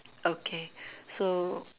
okay so